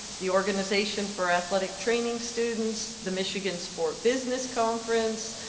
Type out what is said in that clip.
the organization for athletic training students, the michigan sport business conference,